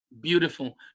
Beautiful